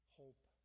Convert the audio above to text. hope